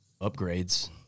upgrades